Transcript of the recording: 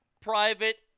private